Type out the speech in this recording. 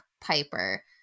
Piper